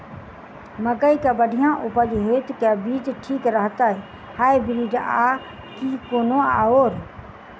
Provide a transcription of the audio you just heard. मकई केँ बढ़िया उपज हेतु केँ बीज ठीक रहतै, हाइब्रिड आ की कोनो आओर?